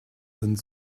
sind